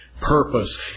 purpose